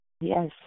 Yes